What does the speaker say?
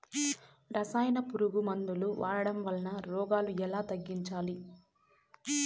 రసాయన పులుగు మందులు వాడడం వలన రోగాలు ఎలా తగ్గించాలి?